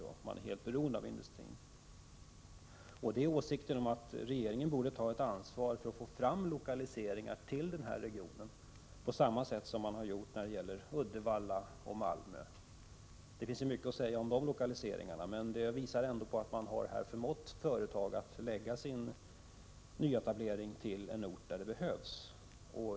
Orten är helt beroende av denna industri. Åsikten är den att regeringen borde ta ett ansvar för att få fram lokaliseringar till den här regionen på samma sätt som man har gjort i Uddevalla och Malmö. Det finns mycket att säga om de lokaliseringarna, men de visar ju på att man har förmått företag att lägga sin nyetablering i en ort där det behövs arbetstillfällen.